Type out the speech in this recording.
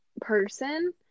person